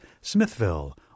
Smithville